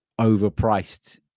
overpriced